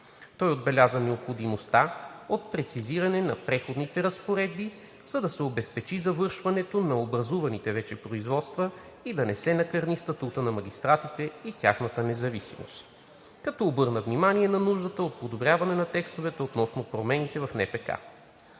Той отбеляза необходимостта от прецизиране на Преходните разпоредби, за да се обезпечи завършването на образуваните вече производства и да не се накърни статутът на магистратите и тяхната независимост, като обърна внимание на нуждата от подобряване на текстовете относно промените в